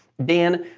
dan,